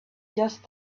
just